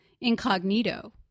incognito